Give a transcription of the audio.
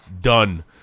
done